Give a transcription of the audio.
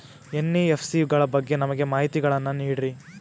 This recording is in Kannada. ಎನ್.ಬಿ.ಎಫ್.ಸಿ ಗಳ ಬಗ್ಗೆ ನಮಗೆ ಮಾಹಿತಿಗಳನ್ನ ನೀಡ್ರಿ?